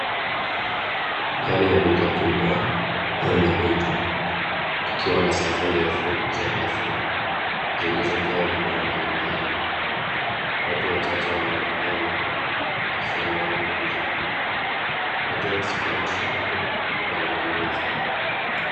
Ndani ya maduka kubwa au madogo, kukiwa na safu ndefu za rafu zilizojaa bidhaa mbalimbali. Watu wachache wanaonekana wakifanya manunuzi, mmoja akisukuma troli na ununuzi.